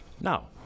Now